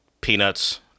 peanuts